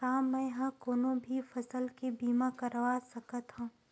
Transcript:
का मै ह कोनो भी फसल के बीमा करवा सकत हव?